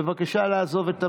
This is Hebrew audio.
בבקשה לעזוב את המליאה,